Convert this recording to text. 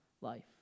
life